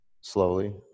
slowly